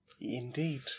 Indeed